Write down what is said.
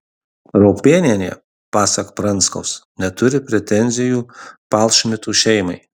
raupėnienė pasak pranskaus neturi pretenzijų palšmitų šeimai